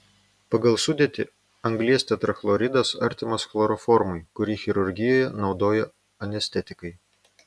pagal sudėtį anglies tetrachloridas artimas chloroformui kurį chirurgijoje naudoja anestetikai